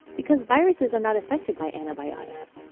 because viruses are not affected by antibiotics.